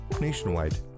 Nationwide